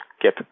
get